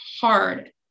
hard